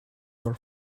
your